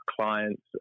clients